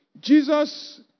Jesus